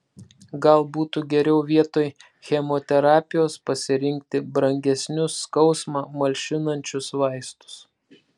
gal būtų geriau vietoj chemoterapijos pasirinkti brangesnius skausmą malšinančius vaistus